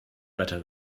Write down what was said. better